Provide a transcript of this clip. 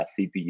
CPU